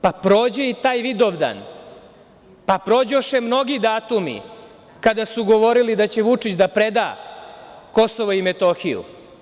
Pa prođe i taj Vidovdan, pa prođoše mnogi datumi kada su govorili da će Vučić da preda Kosovo i Metohiju.